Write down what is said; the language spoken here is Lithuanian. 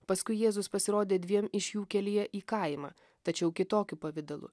paskui jėzus pasirodė dviem iš jų kelyje į kaimą tačiau kitokiu pavidalu